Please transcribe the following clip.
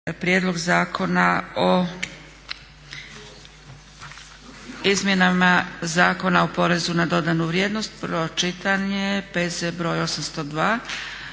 prijedlogu Zakona o izmjenama Zakona o porezu na dodanu vrijednost koji vam predlažem